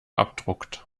abdruckt